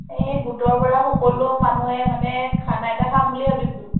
এই গোটৰ পৰা সকলো মানুহে মানে খানা এটা খাম বুলি ভাবিছোঁ